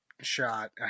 shot